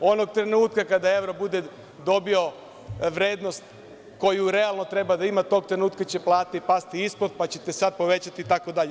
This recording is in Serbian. Onog trenutka kada evro bude dobio vrednost koju realno treba da ima, tog trenutka će plate pasti ispod, pa ćete sat povećati itd.